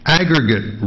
aggregate